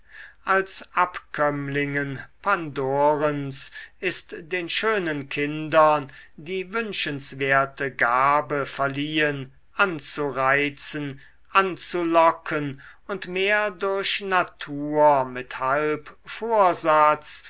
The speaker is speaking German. als abkömmlingen pandorens ist den schönen kindern die wünschenswerte gabe verliehen anzureizen anzulocken und mehr durch natur mit